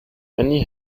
many